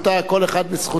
כל אחד בזכותו הוא.